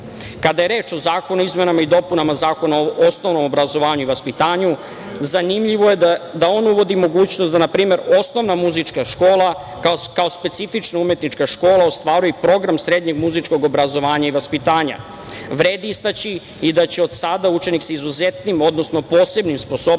je reč o Zakonu o izmenama i dopunama Zakona o osnovnom obrazovanju i vaspitanju, zanimljivo je da on uvodi mogućnost da npr. osnovna muzička škola kao specifična umetnička škola ostvaruje i program srednjeg muzičkog obrazovanja i vaspitanja. Vredi istaći i da će od sada učenik sa izuzetnim, odnosno posebnim sposobnostima